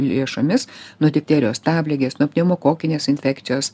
lėšomis nuo difterijos stabligės nuo pneumokokinės infekcijos